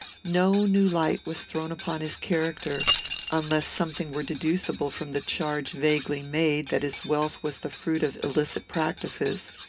no new light was thrown upon his character unless something were deducible from the charge vaguely made, that his wealth was the fruit of illicit practices.